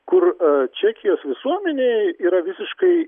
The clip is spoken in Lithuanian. kur čekijos visuomenėje yra visiškai